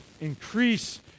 increase